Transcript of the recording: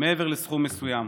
מעבר לסכום מסוים.